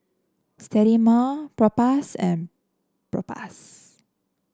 Sterimar Propass and Propass